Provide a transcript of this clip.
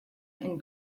and